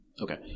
Okay